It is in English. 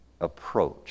approach